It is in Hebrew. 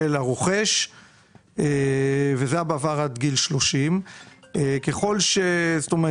הרוכש וזה עד גיל 30. בסופו של יום הגילים הולכים ועולים.